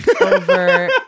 over